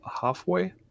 halfway